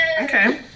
Okay